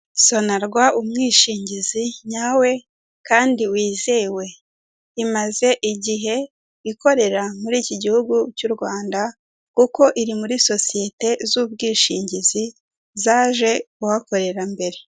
Sonarwa umwishingizi nyawe kandi wizewe imaze igihe ikorera muri iki gihugu cy'u Rwanda kuko iri muri sosiyete z'ubwishingizi zaje kuhakorera mbere.